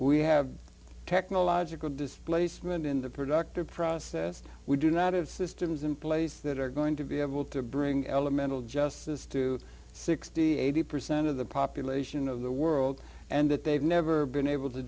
we have technological displacement in the productive process we do not have systems in place that are going to be able to bring elemental justice to sixty eighty percent of the population of the world and that they've never been able to